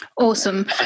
Awesome